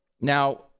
now